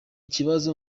kibazo